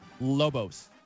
Lobos